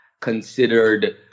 considered